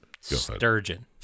Sturgeon